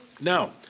Now